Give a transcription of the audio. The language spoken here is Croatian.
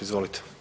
Izvolite.